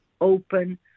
open